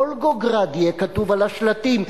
יהיה כתוב "וולגוגרד" על השלטים.